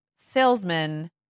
salesman